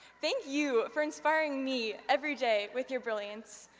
thank you for inspiring me every day with your brilliance.